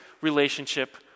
relationship